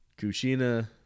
Kushina